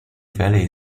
valley